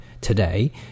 today